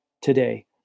today